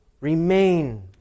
remain